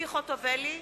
ציפי חוטובלי,